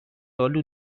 آلو